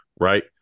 right